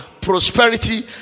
prosperity